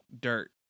dirt